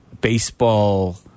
baseball